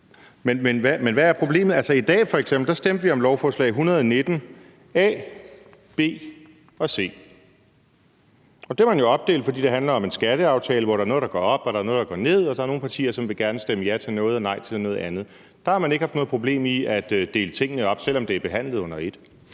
Men hvad er problemet? Altså, i dag stemte vi f.eks. om lovforslag 119 – A, B og C. Det har man jo opdelt, fordi det handler om en skatteaftale, hvor der er noget, der går op, og der er noget, der går ned, og der er nogle partier, der gerne vil stemme ja til noget og nej til noget andet. Der har man ikke haft noget problem med at dele tingene op, selv om det er behandlet under et.